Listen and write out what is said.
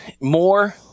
more